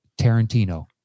tarantino